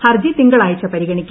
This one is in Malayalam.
ഹർജി തിങ്കളാഴ്ച പരിഗണിക്കും